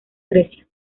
grecia